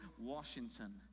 Washington